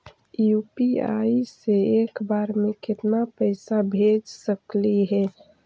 UPI से एक बार मे केतना पैसा भेज सकली हे?